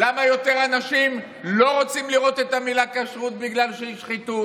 למה יותר אנשים לא רוצים לראות את המילה "כשרות" בגלל שהיא שחיתות.